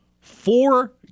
Four